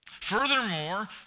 Furthermore